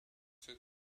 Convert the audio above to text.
city